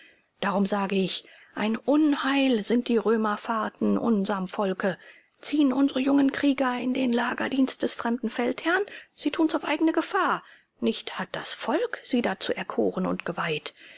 darum sage ich ein unheil sind die römerfahrten unserm volke ziehen unsere jungen krieger in den lagerdienst des fremden feldherrn sie tun's auf eigene gefahr nicht hat das volk sie dazu erkoren und geweiht